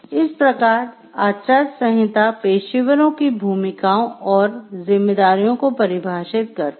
इस प्रकार आचार संहिता पेशेवरों की भूमिकाओं और जिम्मेदारियों को परिभाषित करता है